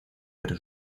pero